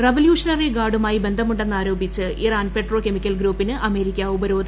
revolutionary ഗാർഡുമായി ബന്ധമുണ്ടെന്നാരോപിച്ച് Iran petrochemical ഗ്രൂപ്പിന് അമേരിക്ക ഉപരോധം ഏർപ്പെടുത്തി